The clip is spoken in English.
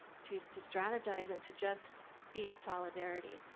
to to strategize and to just be in solidarity.